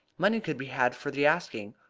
money could be had for the asking,